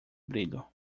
brilho